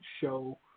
show